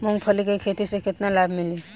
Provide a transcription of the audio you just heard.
मूँगफली के खेती से केतना लाभ मिली?